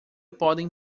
podem